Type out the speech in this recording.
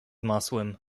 masłem